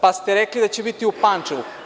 Pa ste rekli da će biti u Pančevu.